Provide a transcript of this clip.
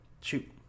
shoot